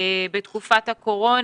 בתקופת הקורונה.